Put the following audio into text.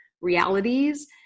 realities